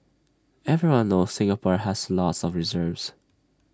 everyone knows Singapore has lots of reserves